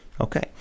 Okay